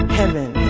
heaven